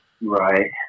Right